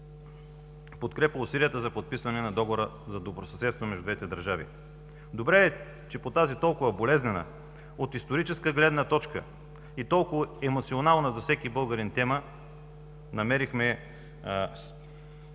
подкрепа усилията за подписване на Договора за добросъседство между двете държави. Добре, че по тази толкова болезнена от историческа гледна точка и толкова емоционална за всеки българин тема, намерихме